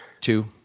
two